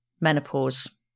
menopause